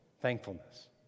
Thankfulness